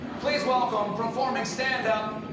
please welcome, performing standup,